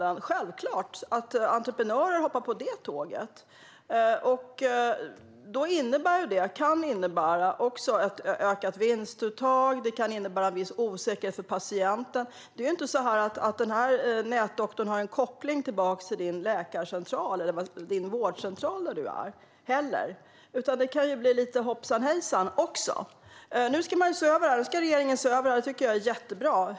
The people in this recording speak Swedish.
Det är självklart att entreprenörer hoppar på det tåget. Det kan innebära ett ökat vinstuttag. Det kan innebära en viss osäkerhet för patienten. Det är inte så att nätdoktorn har en koppling till din vårdcentral, utan det kan bli lite hoppsan hejsan. Nu ska regeringen se över detta. Det tycker jag är jättebra.